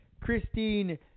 Christine